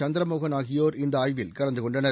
சந்திரமோகன் ஆகியோர் இந்த ஆய்வில் கலந்து கொண்டனர்